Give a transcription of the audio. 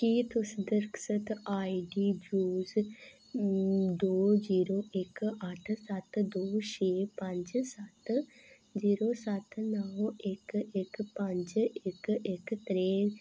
केह् तुस द्रकसत आई डी ब्रूस दो जीरो इक अट्ठ सत्त दो छे पंज सत्त जीरो सत्त नौ इक इक पंज इक इक त्रेंह्ठ